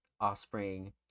offspring